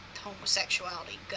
homosexuality